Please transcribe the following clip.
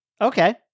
Okay